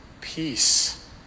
peace